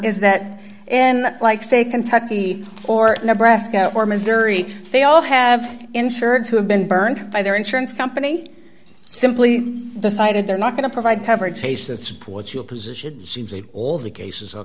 is that and like say kentucky or nebraska or missouri they all have insurance who have been burned by their insurance company simply decided they're not going to provide coverage patient support your position seems that all the cases